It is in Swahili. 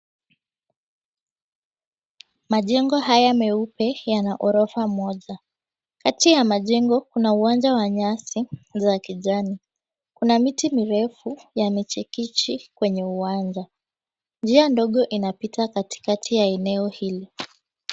Majengo haya meupe yana ghorofa moja. Kati ya majengo kuna uwanja wa nyasi za kijani, kuna miti mirefu ya michikichi kwenye uwanja. Njia ndogo inapita katikati ya eneo hili.